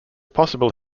possible